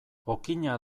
okina